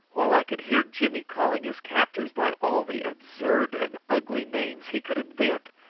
while i could hear jimmy calling his captors by all the absurd and ugly names he could invent,